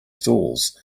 stalls